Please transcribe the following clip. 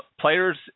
players